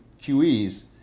QEs